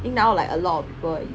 think now like a lot of people